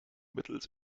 mittels